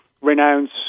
renounce